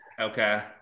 Okay